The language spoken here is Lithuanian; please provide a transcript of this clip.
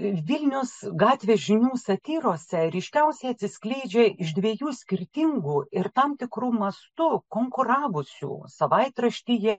ir vilniaus gatvės žynių satyrose ryškiausiai atsiskleidžia iš dviejų skirtingų ir tam tikru mastu konkuravusių savaitraštyje